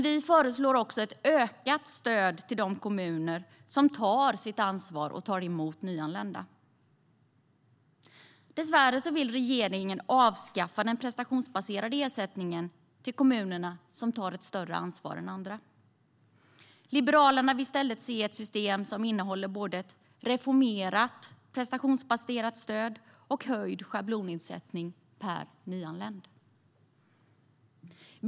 Vi föreslår också ett ökat stöd till de kommuner som tar sitt ansvar och tar emot nyanlända. Dessvärre vill regeringen avskaffa den prestationsbaserade ersättningen till kommuner som tar större ansvar än andra. Liberalerna vill i stället se ett system som innehåller både ett reformerat prestationsbaserat stöd och höjd schablonersättning per nyanländ.